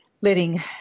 letting